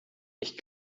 ich